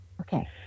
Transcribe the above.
Okay